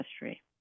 history